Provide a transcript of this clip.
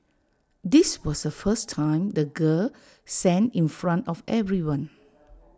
this was the first time the girl sang in front of everyone